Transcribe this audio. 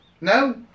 No